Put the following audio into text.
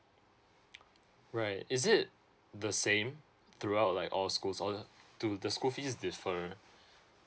right is it the same throughout like all schools or do the school fees differ